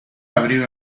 abrigo